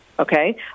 Okay